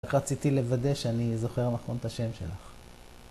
רק רציתי לוודא שאני זוכר נכון את השם שלך.